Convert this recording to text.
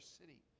city